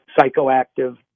psychoactive